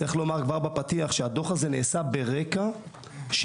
צריך לומר כבר בפתיח שהדוח הזה נעשה ברקע של